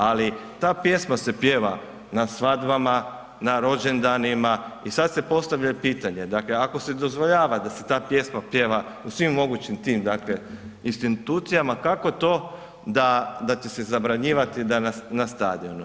Ali ta pjesma se pjeva na svadbama, na rođendanima i sad se postavlja pitanje, dakle ako se dozvoljava da se ta pjesma pjeva u svim moguće tim institucijama kako to da ti se zabranjivati da na stadionu.